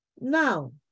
Now